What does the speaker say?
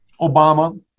Obama